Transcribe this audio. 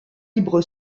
libre